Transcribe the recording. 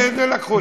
משפט, לקחו לי.